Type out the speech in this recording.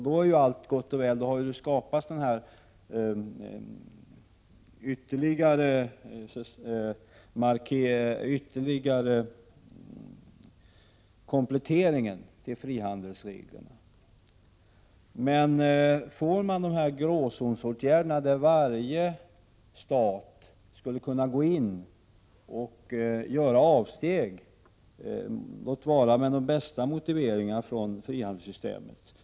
Då är allt gott och väl, för då skapas ytterligare komplettering till frihandelsreglerna. Inför man gråzonsåtgärder går varje stat in och gör avsteg, låt vara med de bästa motiveringar, från frihandelssystemet.